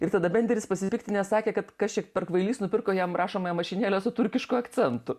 ir tada benderis pasipiktinęs sakė kad kas čia per kvailys nupirko jam rašomąją mašinėlę su turkišku akcentu